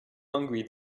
hungry